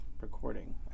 recording